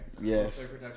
yes